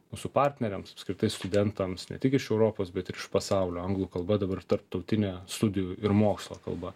mūsų partneriams apskritai studentams ne tik iš europos bet ir iš pasaulio anglų kalba dabar tarptautinė studijų ir mokslo kalba